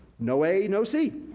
no a, no c.